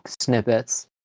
snippets